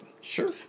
Sure